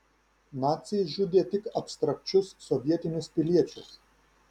naciai žudė tik abstrakčius sovietinius piliečius